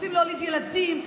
רוצים להוליד ילדים,